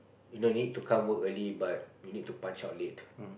you no need to come work early but you need to punch out late